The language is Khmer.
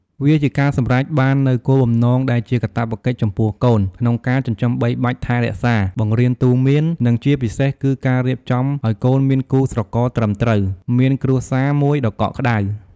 វាជាការសម្រេចបាននូវគោលបំណងដែលជាកាតព្វកិច្ចចំពោះកូន ក្នុងការចិញ្ចឹមបីបាច់ថែរក្សា បង្រៀនទូន្មាន និងជាពិសេសគឺការរៀបចំឲ្យកូនមានគូស្រករត្រឹមត្រូវ មានគ្រួសារមួយដ៏កក់ក្តៅ។